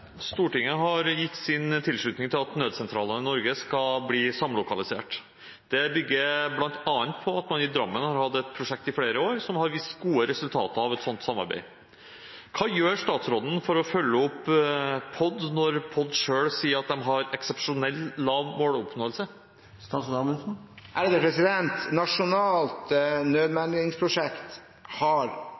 har gjeve si tilslutning til at naudsentralane i Noreg skal verte samlokalisert. Dette byggjer mellom anna på at man i Drammen har hatt eit prosjekt i fleire år, som har vist gode resultater av eit slikt samarbeid. Kva gjer statsråden for å følgje opp POD når POD sjølv seier at dei har «eksepsjonelt lav måloppnåelse»?» Nasjonalt nødmeldingsprosjekt hadde konkludert med at det